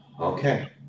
Okay